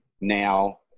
now